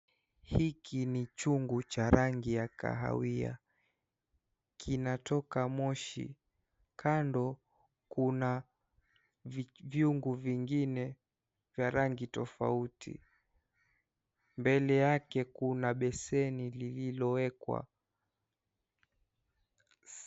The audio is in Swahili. Hiki ni chungu cha rangi ya kahawia. Kinatoka moshi. Kando kuna vyungu vingine vya rangi tofauti. Mbele yake kuna beseni lililowekwa.